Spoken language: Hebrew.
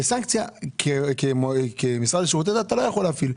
וסנקציה כמשרד לשירותי דת אתה לא יכול להפעיל.